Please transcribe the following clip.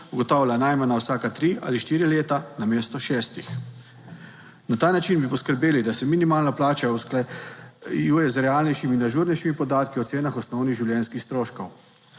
ugotavlja najmanj na vsaka tri ali štiri leta, namesto šestih. Na ta način bi poskrbeli, da se minimalna plača usklajuje z realnejšimi in ažurnejšimi podatki o cenah osnovnih življenjskih stroškov.